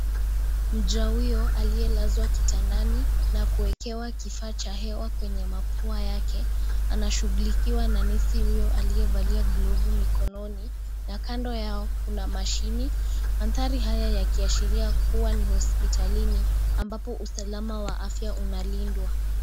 Mja huyo aliyelazwa kitandani na kuwekewa kifaa cha hewa kwenye mapua yake. Anashughulikiwa na nesi huyo aliyevalia glovu mikononi na kando yao, kuna mashini. Mandhari hayo yakiashiria kuwa ni hospitalini ambapo usalama wa afya unalindwa.